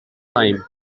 time